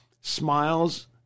smiles